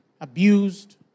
abused